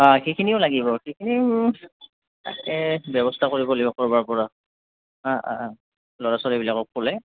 অঁ সেইখিনিও লাগিব বাৰু সেইখিনিও তাকে ব্যৱস্থা কৰিব লাগিব কৰ'বাৰ পৰা অঁ অঁ ল'ৰা ছোৱালীবিলাকক ক'লে